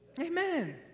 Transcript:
Amen